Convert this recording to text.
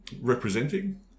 representing